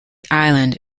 island